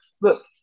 Look